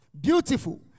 Beautiful